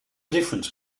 difference